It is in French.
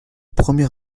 premier